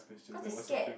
cause they scared